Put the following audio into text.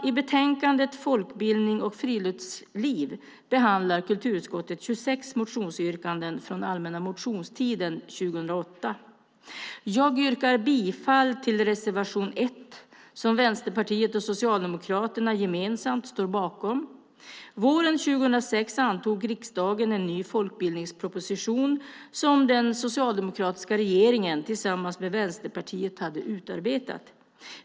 I betänkandet Folkbildning och friluftsliv behandlar kulturutskottet 26 motionsyrkanden från allmänna motionstiden 2008. Jag yrkar bifall till reservation 1 som Vänsterpartiet och Socialdemokraterna gemensamt står bakom. Våren 2006 antog riksdagen en ny folkbildningsproposition som den socialdemokratiska regeringen tillsammans med Vänsterpartiet hade utarbetat.